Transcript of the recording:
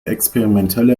experimentelle